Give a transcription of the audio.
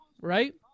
right